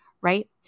right